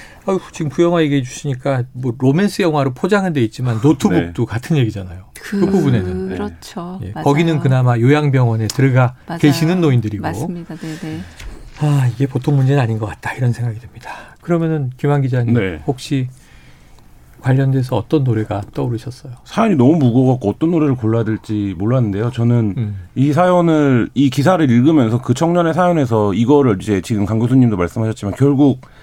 아유, 지금 그 영화 얘기해 주시니까 뭐 로맨스 영화로 포장은 돼 있지만 노트북도 네. 같은 얘기잖아요. 그 부분에는. 그렇죠. 네. 예, 맞아요. 거기는 그나마 요양병원에 들어가 맞아요. 계시는 노인들이고. 맞습니다. 네네. 아, 이게 보통 문제는 아닌 것 같다, 이런 생각이 듭니다. 그러면은 김한 기자님, 네. 혹시 관련돼서 어떤 노래가 떠오르셨어요? 사연이 너무 무거워갖고 어떤 노래를 골라야 될지 몰랐는데요. 저는 음. 이 사연을, 이 기사를 읽으면서 그 청년의 사연에서 이거를 이제 지금 강 교수님도 말씀하셨지만 결국